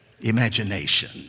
imagination